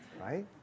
right